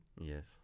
Yes